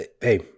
hey